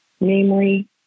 namely